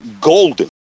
golden